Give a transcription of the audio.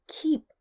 keep